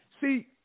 see